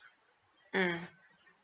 mm